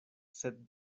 sed